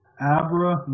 Abra